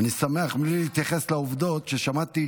אני שמח, בלי להתייחס לעובדות, ששמעתי,